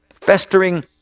festering